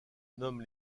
nomme